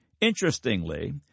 Interestingly